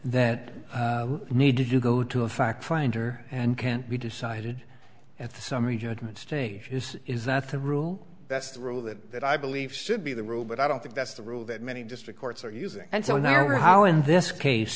that need to do go to a fact finder and can't be decided at the summary judgment stage is is that the rule that's the rule that i believe should be the rule but i don't think that's the rule that many district courts are using and so in our how in this case